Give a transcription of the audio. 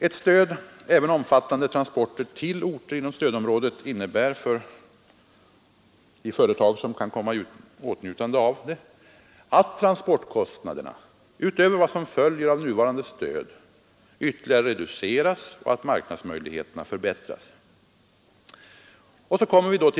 Ett stöd även av omfattande transporter till orter inom stödområdet innebär för de företag som kan komma i åtnjutande av det att transportkostnaderna, utöver vad som följer av nuvarande stöd, ytterligare reduceras och att marknadsmöjligheterna förbättras.